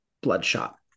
Bloodshot